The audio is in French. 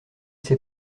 c’est